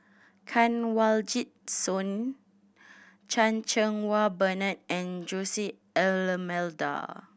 Kanwaljit Soin Chan Cheng Wah Bernard and Jose D'Almeida